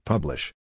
Publish